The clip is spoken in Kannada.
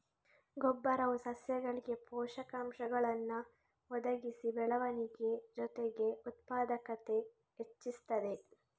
ಗೊಬ್ಬರವು ಸಸ್ಯಗಳಿಗೆ ಪೋಷಕಾಂಶಗಳನ್ನ ಒದಗಿಸಿ ಬೆಳವಣಿಗೆ ಜೊತೆಗೆ ಉತ್ಪಾದಕತೆ ಹೆಚ್ಚಿಸ್ತದೆ